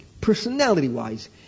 personality-wise